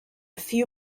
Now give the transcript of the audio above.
few